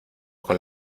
con